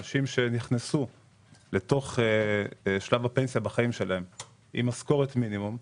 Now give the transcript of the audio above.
אנשים שנכנסו לתוך שלב הפנסיה בחיים שלהם עם משכורת מינימום,